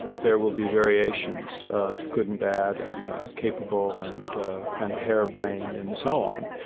there will be variations of good and bad and capable and and hair-brained and so on,